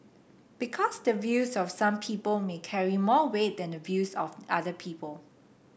because the views of some people may carry more weight than the views of other people